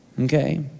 Okay